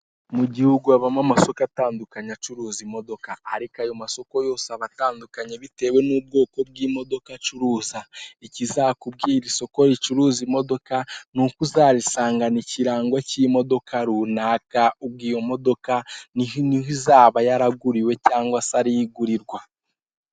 Mu gihugu habamo amasoko atandukanye acuruza imodoka ariko ayo masoko yose aba atandukanye bitewe n'ubwoko bw'imodoka acuruza, ikizakubwira isoko ricuruza imodoka ni uko uzarisangana ikirango cy'imodoka runaka, ubwo iyo modoka niho izaba yaraguriwe cyangwa se ariho igurirwa.